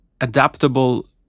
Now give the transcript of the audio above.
adaptable